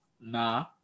nah